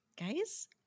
guys